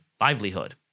livelihood